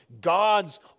God's